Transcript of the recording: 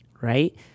right